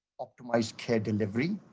optimized care delivery.